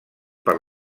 per